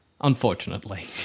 Unfortunately